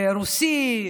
רוסי.